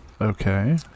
Okay